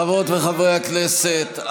חברות וחברי הכנסת,